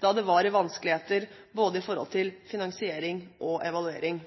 da det var i vanskeligheter i forhold til både finansiering og evaluering.